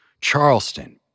Charleston